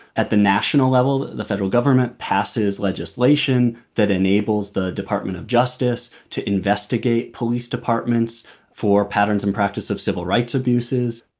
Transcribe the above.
at the national level, the federal government passes legislation that enables the department of justice to investigate police departments for patterns and practice of civil rights abuses.